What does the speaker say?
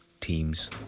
teams